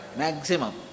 maximum